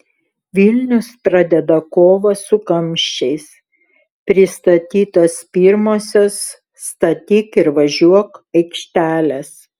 vilnius pradeda kovą su kamščiais pristatytos pirmosios statyk ir važiuok aikštelės